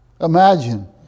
Imagine